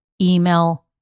email